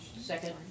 Second